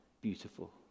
beautiful